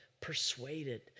Persuaded